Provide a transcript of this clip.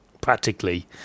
practically